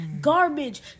garbage